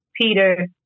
Peter